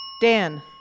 Dan